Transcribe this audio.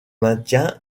maintien